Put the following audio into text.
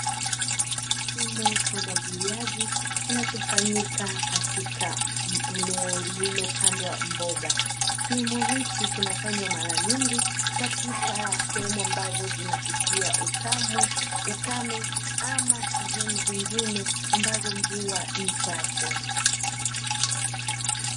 Kilimo cha umwagiliaji kinachofanyika katika eneo lililopandwa mboga. Kilimo hichi kinafanywa mara nyingi katika sehemu ambazo zinapitia ukame ama sehemu zingine ambazo mvua ni chache.